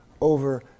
over